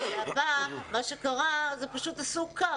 בעבר פשוט עשו קו,